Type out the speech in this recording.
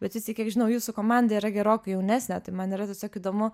bet vis tik kiek žinau jūsų komanda yra gerokai jaunesnė tai man yra tiesiog įdomu